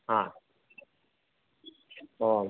हा ओ